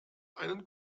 einen